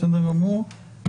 בסדר גמור.